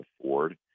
afford